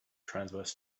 transverse